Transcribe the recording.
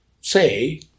say